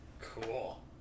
Cool